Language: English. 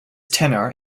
tenure